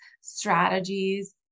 strategies